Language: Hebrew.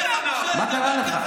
מה קרה לך?